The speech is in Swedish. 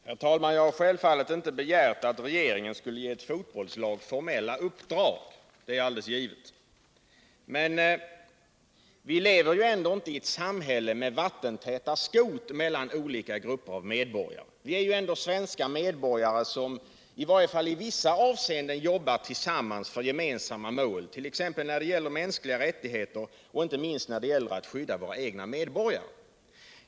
Herr talman! Jag har självfallet inte begärt att regeringen skulle ge ett fotbollslag formella uppdrag. Det är alldeles givet. Men vi lever ändå inte i ett samhälle med vattentäta skott mellan olika grupper av medborgare. Vi är svenska medborgare som i varje fall i vissa avseenden jobbar tillsammans för gemensamma mål, t.ex. när det gäller mänskliga rättigheter och inte minst när det gäller att skydda våra egna medborgare.